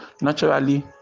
naturally